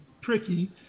tricky